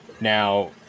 Now